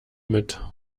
mit